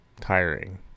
Tiring